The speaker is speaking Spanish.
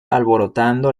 alborotando